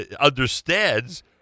understands—